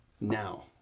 now